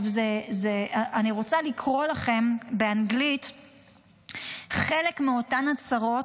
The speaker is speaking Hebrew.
אני רוצה לקרוא לכם באנגלית חלק מאותן הצהרות.